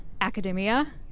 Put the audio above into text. academia